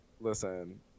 listen